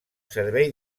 servei